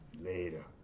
Later